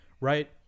Right